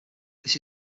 this